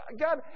God